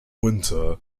winter